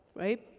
right?